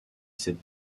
cette